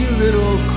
little